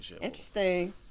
interesting